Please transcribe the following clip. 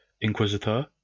inquisitor